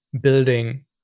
building